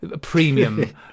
premium